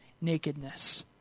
nakedness